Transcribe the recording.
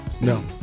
No